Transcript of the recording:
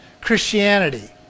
Christianity